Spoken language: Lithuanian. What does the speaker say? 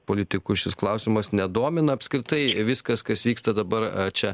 politikų šis klausimas nedomina apskritai viskas kas vyksta dabar čia